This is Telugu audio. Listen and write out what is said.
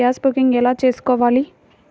గ్యాస్ బుకింగ్ ఎలా చేసుకోవాలి?